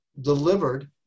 delivered